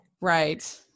right